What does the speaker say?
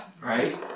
right